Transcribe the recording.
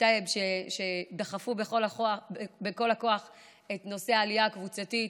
וטייב שדחפו בכל הכוח את נושא העלייה הקבוצתית.